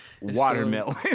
Watermelon